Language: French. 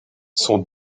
son